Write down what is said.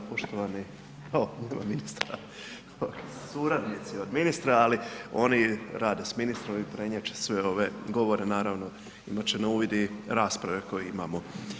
Poštovani suradnici od ministra, ali oni rade s ministrom i prenijet će sve ove govore naravno, imat će na uvid i rasprave koje imamo.